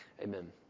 Amen